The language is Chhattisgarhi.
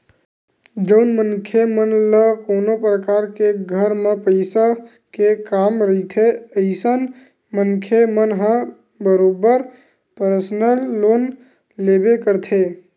जउन मनखे मन ल कोनो परकार के घर म पइसा के काम रहिथे अइसन मनखे मन ह बरोबर परसनल लोन लेबे करथे